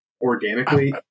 organically